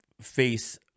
face